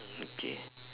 okay